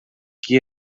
qui